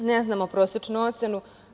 Ne znamo prosečnu ocenu.